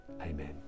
Amen